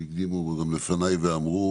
והקדימו לפני ואמרו